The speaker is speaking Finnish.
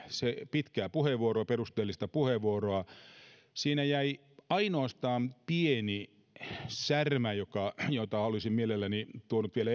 pitkää perusteellista puheenvuoroa siihen jäi ainoastaan pieni särmä jota olisin mielelläni tuonut vielä